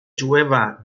jueva